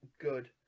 good